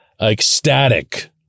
ecstatic